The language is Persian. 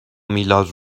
میلاد